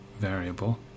Variable